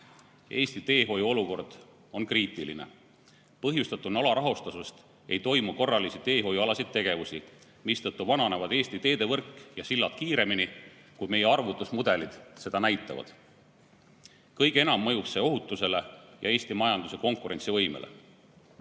Eesti teehoiu olukord on kriitiline. Põhjustatuna alarahastusest ei toimu korralisi teehoiualaseid tegevusi, mistõttu Eesti teevõrk ja sillad vananevad kiiremini, kui meie arvutusmudelid seda näitavad. Kõige enam mõjub see ohutusele ja Eesti majanduse konkurentsivõimele.